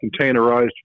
containerized